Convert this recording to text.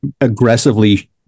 aggressively